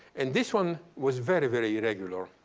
and this one was very, very irregular.